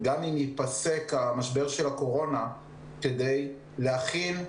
הסיפור הזה חייב להיגמר.